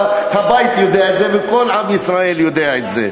הבית יודע את זה וכל עם ישראל יודע את זה.